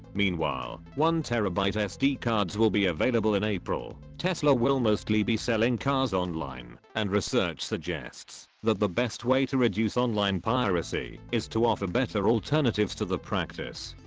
meanwhile, one terabyte sd cards will be available in april, tesla will mostly be selling cars online, and research suggest that the best way to reduce online piracy, is to offer better alternatives to the practice.